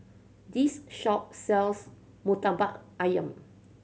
this shop sells Murtabak Ayam